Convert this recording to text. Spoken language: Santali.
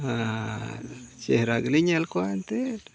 ᱟᱨ ᱪᱮᱦᱨᱟ ᱜᱮᱞᱤᱧ ᱧᱮᱞ ᱠᱚᱣᱟ ᱮᱱᱛᱮᱫ